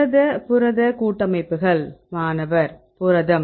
புரத புரத கூட்டமைப்புகள் மாணவர் புரதம்